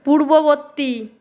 পূর্ববর্তী